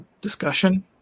discussion